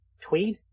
Tweed